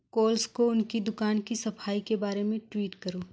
Coles को उनकी दुकान की सफाई के बारे में ट्वीट करो